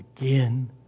again